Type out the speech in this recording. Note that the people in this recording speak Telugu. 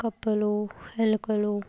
కప్పలు ఎలుకలు